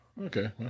Okay